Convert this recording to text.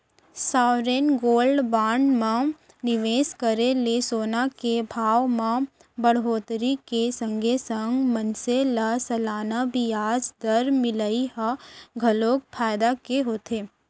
sovereign gold bond म निवेस करे ले सोना के भाव म बड़होत्तरी के संगे संग मनसे ल सलाना बियाज दर मिलई ह घलोक फायदा के होथे